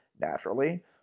naturally